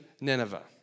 Nineveh